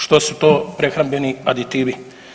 Što su to prehrambeni aditivi?